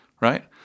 right